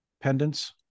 pendants